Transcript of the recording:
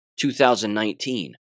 2019